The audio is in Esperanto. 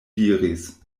diris